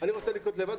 אני רוצה לקנות לבד,